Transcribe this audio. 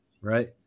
Right